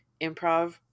improv